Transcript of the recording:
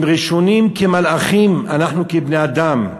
אם ראשונים כמלאכים אנחנו כבני-אדם,